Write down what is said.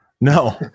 No